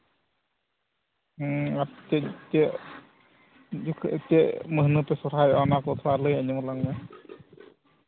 ᱦᱩᱸ ᱟᱨ ᱪᱮᱫ ᱪᱮᱫ ᱪᱮᱫ ᱡᱚᱠᱷᱚᱱ ᱪᱮᱫ ᱢᱟᱹᱦᱱᱟᱹ ᱯᱮ ᱥᱚᱦᱨᱟᱭᱚᱜᱼᱟ ᱚᱱᱟ ᱠᱚ ᱛᱷᱚᱲᱟ ᱞᱟᱹᱭ ᱟᱸᱡᱚᱢᱟᱞᱟᱝ ᱢᱮ